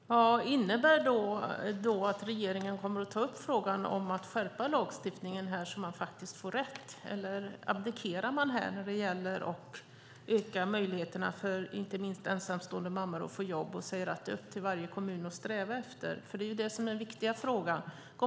Fru talman! Innebär det då att regeringen kommer att ta upp frågan om att skärpa lagstiftningen, så att människor får denna rätt, eller abdikerar man när det gäller att öka möjligheterna för inte minst ensamstående mammor att få jobb och säger att det är upp till varje kommun att sträva efter detta? Det är det som är den viktiga frågan.